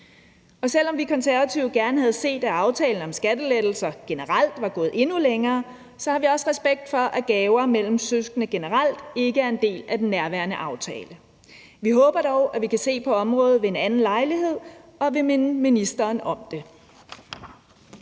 Selv om vi Konservative gerne havde set, at aftalen om skattelettelser generelt var gået endnu længere, så har vi også respekt for, at gaver mellem søskende generelt ikke er en del af den nærværende aftale. Vi håber dog, at vi kan se på området ved en anden lejlighed, og vi vil minde ministeren om det.